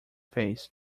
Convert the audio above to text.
face